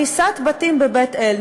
הריסת בתים בבית-אל,